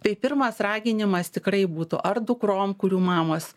tai pirmas raginimas tikrai būtų ar dukrom kurių mamos